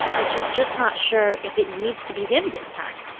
but she's just not sure if it needs to be him this time.